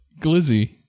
Glizzy